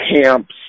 camps